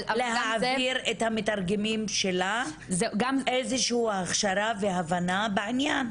החברה להעביר את המתרגמים שלה גם איזושהי הכשרה והבנה בעניין.